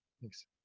Thanks